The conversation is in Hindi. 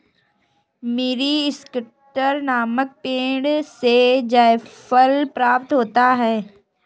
मीरीस्टिकर नामक पेड़ से जायफल प्राप्त होता है